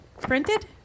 Printed